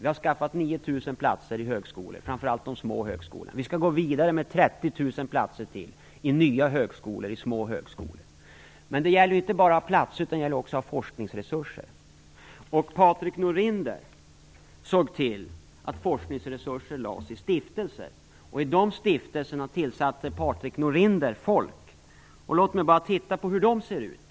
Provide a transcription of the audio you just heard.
Vi har skaffat fram 9 000 platser i högskolor, framför allt i små högskolor. Vi skall gå vidare med ytterligare 30 000 platser i nya små högskolor. Men det gäller inte att bara ha platser, utan det gäller att även ha forskningsresurser. Patrik Norinder såg till att forskningsresurser lades i stiftelser. I dessa stiftelser tillsatte Patrik Norinder folk. Hur ser sammansättningen i dessa stiftelser ut?